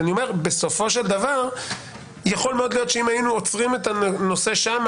בסופו של דבר יכול מאוד להיות שאם היינו עוצרים את הנושא שם,